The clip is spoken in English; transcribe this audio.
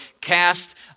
Cast